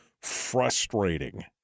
frustrating